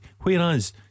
Whereas